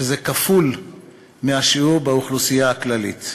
שזה כפול מהשיעור באוכלוסייה הכללית.